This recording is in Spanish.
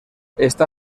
está